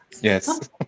Yes